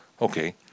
Okay